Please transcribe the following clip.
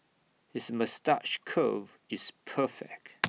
his moustache curl is perfect